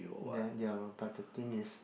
then ya lor but the things is